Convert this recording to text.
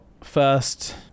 first-